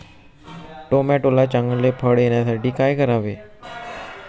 टोमॅटोला चांगले फळ येण्यासाठी काय करावे?